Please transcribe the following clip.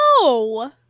no